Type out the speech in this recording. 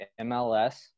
MLS